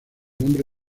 nombre